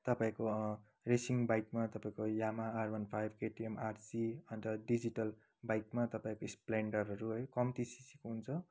तपाईँको रेसिङ बाइकमा तपाईँको Yamaha R one five KTM RC अन्त डिजिटल बाइकमा तपाईँको स्प्लेन्डरहरू है कम्ती सिसीको हुन्छ